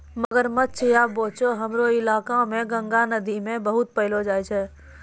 मगरमच्छ या बोचो हमरो इलाका मॅ गंगा नदी मॅ बहुत पैलो जाय छै